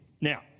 now